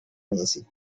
mesi